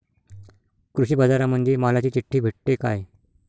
कृषीबाजारामंदी मालाची चिट्ठी भेटते काय?